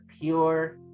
pure